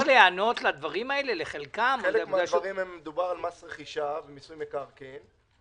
חלק מהדברים, מדובר במס רכישה, מיסוי מקרקעין.